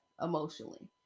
emotionally